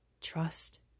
Trust